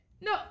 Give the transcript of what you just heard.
No